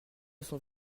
sont